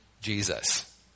Jesus